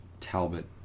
Talbot